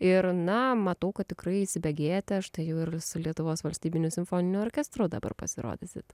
ir na matau kad tikrai įsibėgėjate štai jau ir su lietuvos valstybiniu simfoniniu orkestru dabar pasirodysit